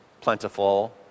plentiful